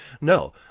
No